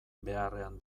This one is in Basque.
beharrean